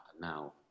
now